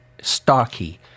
Starkey